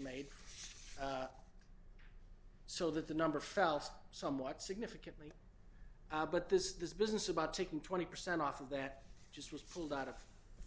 made so that the number felt somewhat significantly but this is this business about taking twenty percent off of that just was pulled out of